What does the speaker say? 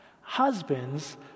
Husbands